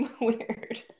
weird